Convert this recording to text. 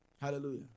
Hallelujah